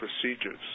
procedures